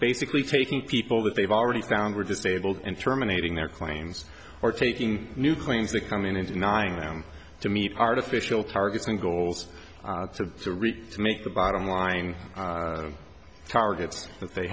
basically taking people that they've already found were disabled and terminating their claims or taking new claims that come in and denying them to meet artificial targets and goals to really make the bottom line targets that they